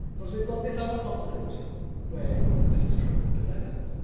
because we've got this other possibility where this is true, but that isn't.